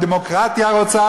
הדמוקרטיה רוצה,